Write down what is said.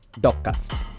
DogCast